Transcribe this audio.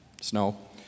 snow